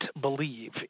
believe